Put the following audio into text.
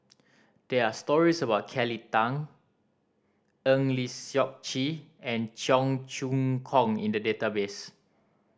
there are stories about Kelly Tang Eng Lee Seok Chee and Cheong Choong Kong in the database